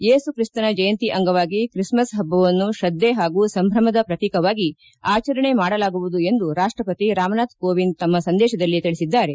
ಯೇಸುಕ್ರಿಸ್ತನ ಜಯಂತಿ ಅಂಗವಾಗಿ ಕ್ರಿಸ್ಮಸ್ ಪಬ್ಬವನ್ನು ಶ್ರದ್ಧೆ ಹಾಗೂ ಸಂಭ್ರಮದ ಪ್ರತೀಕವಾಗಿ ಆಚರಣೆ ಮಾಡಲಾಗುವುದು ಎಂದು ರಾಷ್ಟಪತಿ ರಾಮನಾಥ್ ಕೋವಿಂದ್ ಸಂದೇಶದಲ್ಲಿ ತಿಳಿಸಿದ್ದಾರೆ